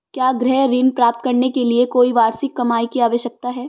क्या गृह ऋण प्राप्त करने के लिए कोई वार्षिक कमाई की आवश्यकता है?